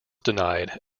denied